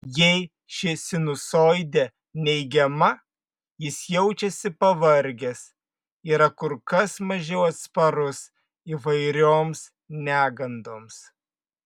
jei ši sinusoidė neigiama jis jaučiasi pavargęs yra kur kas mažiau atsparus įvairioms negandoms